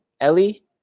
Ellie